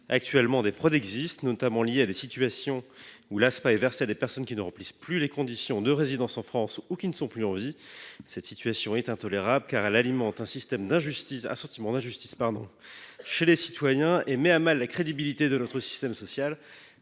Actuellement, des fraudes se produisent ; en particulier, l’Aspa est parfois versée à des personnes qui ne remplissent plus les conditions de résidence en France ou qui ne sont plus en vie. Cette situation est intolérable, car elle alimente un sentiment d’injustice des citoyens et met à mal la crédibilité de notre système social.